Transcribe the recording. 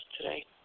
today